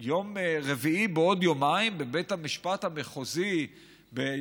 שיהיה ביום רביעי בעוד יומיים בבית המשפט המחוזי בירושלים,